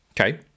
Okay